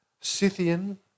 Scythian